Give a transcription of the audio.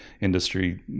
industry